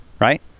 right